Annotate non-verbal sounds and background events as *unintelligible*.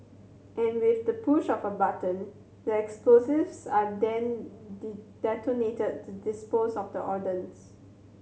and with the push of a button the explosives are then *unintelligible* detonated to dispose of the ordnance